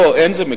לא, לא מקובל